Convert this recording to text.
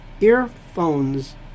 earphones